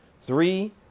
Three